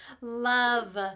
Love